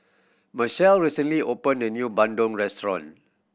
Marcelle recently opened a new bandung restaurant